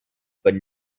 but